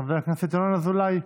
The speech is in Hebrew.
חבר הכנסת ינון אזולאי,